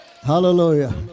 Hallelujah